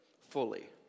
fully